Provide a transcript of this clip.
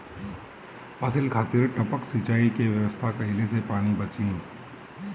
फसल खातिर टपक सिंचाई के व्यवस्था कइले से पानी बंची